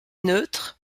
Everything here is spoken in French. neutre